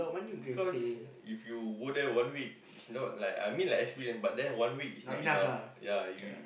because if you go there one week it's not like I mean like experience but then one week is not enough ya you